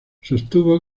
sostuvo